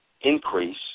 increase